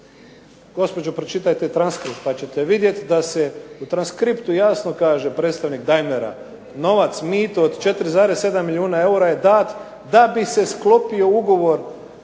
Gospođo pročitajte transkript pa ćete vidjeti da se u transkriptu jasno kaže, predstavnik Daimlera, novac mito od 4,7 milijuna eura je dat da bi se sklopio ugovor